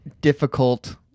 difficult